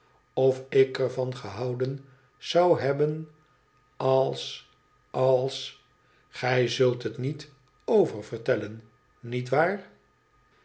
of ik er van houdén zou hebben als als gij zult het niet oververtellen met waar